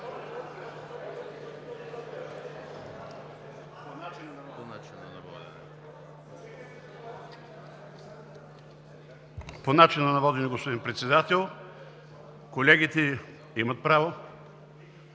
По начина на водене, господин Председател. Колегите имат право